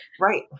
Right